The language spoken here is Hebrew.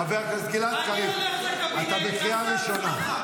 חבר הכנסת גלעד קריב, אתה בקריאה ראשונה.